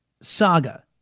saga